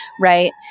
right